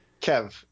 Kev